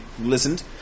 listened